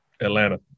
Atlanta